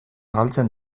galtzen